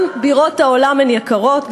גם בירות העולם הן יקרות,